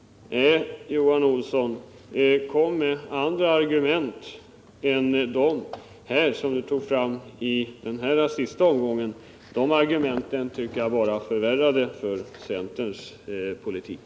Nej, Johan Olsson, kom med andra argument än dem som togs fram i den senaste omgången! De argumenten gjorde det bara värre för centerns politik.